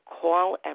call